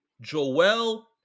Joel